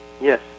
Yes